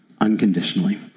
unconditionally